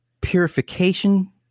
purification